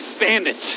Bandits